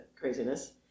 craziness